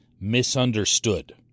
misunderstood